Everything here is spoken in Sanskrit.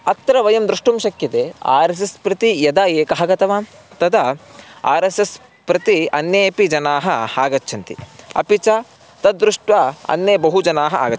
अत्र वयं द्रष्टुं शक्यते आर् एस् एस् प्रति यदा एकः गतवान् तदा आर् एस् एस् प्रति अन्येपि जनाः आगच्छन्ति अपि च तद् दृष्ट्वा अन्ये बहुजनाः आगच्छन्ति